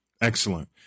Excellent